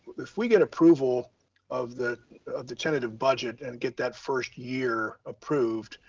if we get approval of the of the tentative budget and get that first year approved,